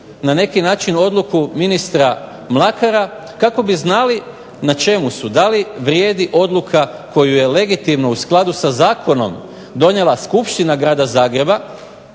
na neki način odluku ministra Mlakara kako bi znali na čemu su, da li vrijedi odluka koju je legitimno u skladu sa Zakonom donijela skupština grada Zagreba